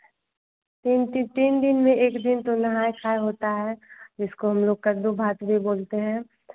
तीन ती तीन दिन में एक दिन तो नहाय खाय होता है जिसको हमलोग कद्दू भात भी बोलते हैं